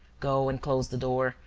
go and close the door,